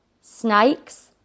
snakes